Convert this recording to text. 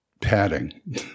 padding